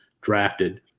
drafted